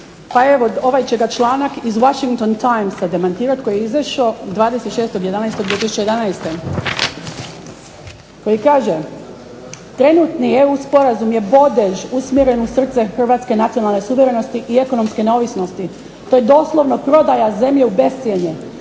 Pa evo ovaj će ga članak iz Washingtons Timesa demantirati koji je izašao 26.11.2011. koji kaže "Trenutni EU sporazum je bodež usmjeren u srce hrvatske nacionalne suverenosti i ekonomske neovisnosti. To je doslovno prodaja zemlje u bescjenje.